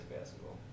basketball